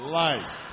life